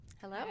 Hello